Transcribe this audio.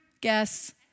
Guess